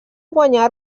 guanyar